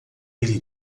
ele